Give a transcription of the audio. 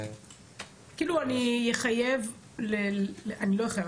כאילו אני אחייב אני לא אחייב,